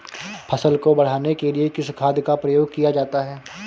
फसल को बढ़ाने के लिए किस खाद का प्रयोग किया जाता है?